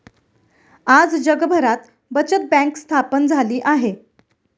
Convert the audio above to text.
आज जगभरात बचत बँक स्थापन झाली आहे